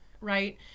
right